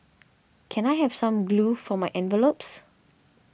can I have some glue for my envelopes